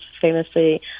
famously